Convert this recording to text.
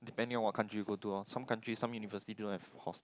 depending on what country you go to lor some country some university don't have hostel